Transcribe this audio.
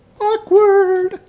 Awkward